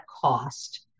cost